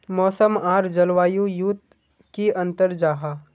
मौसम आर जलवायु युत की अंतर जाहा?